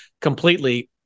completely